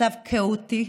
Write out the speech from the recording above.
מצב כאוטי.